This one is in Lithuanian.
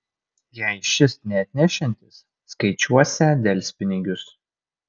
jei šis neatnešiantis skaičiuosią delspinigius